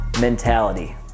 mentality